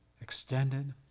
extended